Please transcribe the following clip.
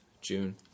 June